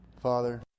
Father